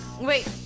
Wait